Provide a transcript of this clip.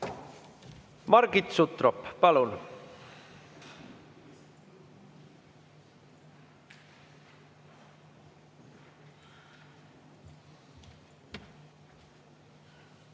Margit Sutrop, palun!